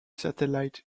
satellite